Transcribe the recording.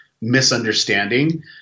misunderstanding